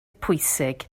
pwysig